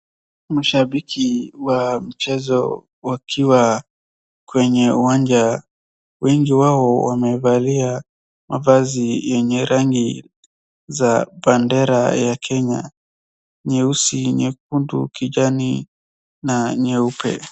Mashabiki wa mchezo wakiwa kwenye uwanja. Wengi wao wamevalia mavazi yenye rangi za bendera ya Kenya, nyeusi, nyekundu, kijani, na nyeupe.